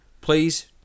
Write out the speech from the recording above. please